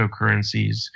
cryptocurrencies